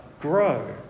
grow